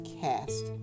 cast